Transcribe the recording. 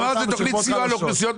הייתה כאן הערה חשובה של חבר הכנסת